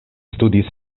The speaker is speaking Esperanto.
studis